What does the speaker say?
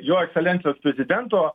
jo ekscelencijos prezidento